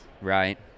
right